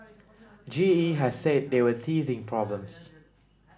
G E has said they were teething problems